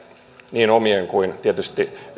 niin omien kuin tietysti